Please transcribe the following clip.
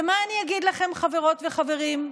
ומה אני אגיד לכם, חברות וחברים?